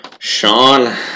Sean